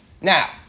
Now